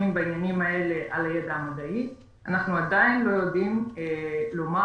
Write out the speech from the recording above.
בעניינים האלה אנחנו נסמכים על הידע המדעי אנחנו עדיין לא יודעים לומר